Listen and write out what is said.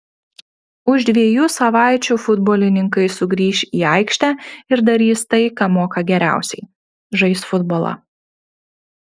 už dviejų savaičių futbolininkai sugrįš į aikštę ir darys tai ką moka geriausiai žais futbolą